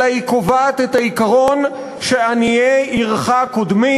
אלא היא קובעת את העיקרון שעניי עירך קודמים,